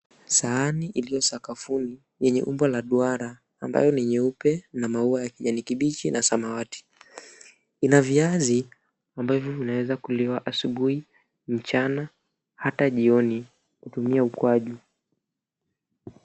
Sahani iliyo sakafuni yenye umbo la duara ambayo ni nyeupe na maua ya kijani kibichi na samawati. Ina viazi ambavyo vinaweza kuliwa asubuhi, mchana hata jioni kutumia ukwaju.